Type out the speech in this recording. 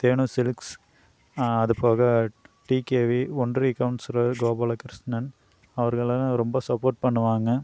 தேனு சிலுக்ஸ் அதுபோக டிகேவி ஒன்றிய கவுன்சிலர் கோபாலகிருஷ்ணன் அவர்கள் எல்லாம் ரொம்ப சப்போர்ட் பண்ணுவாங்க